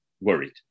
worried